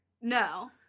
No